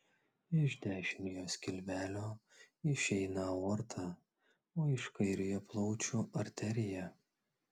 iš dešiniojo skilvelio išeina aorta o iš kairiojo plaučių arterija